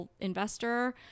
investor